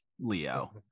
Leo